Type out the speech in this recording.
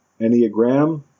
Enneagram